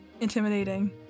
intimidating